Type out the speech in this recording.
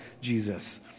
Jesus